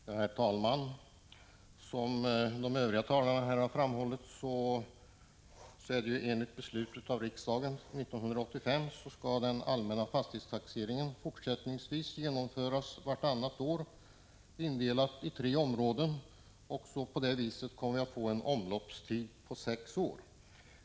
Herr talman! Som de övriga talarna här har framhållit skall enligt ett beslut i riksdagen 1985 den allmänna fastighetstaxeringen fortsättningsvis genomföras vartannat år och indelas i tre områden. På det viset får vi en omloppstid på sex år.